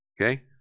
Okay